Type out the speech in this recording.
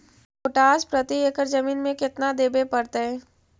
Potash प्रति एकड़ जमीन में केतना देबे पड़तै?